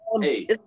hey